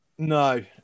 No